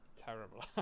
terrible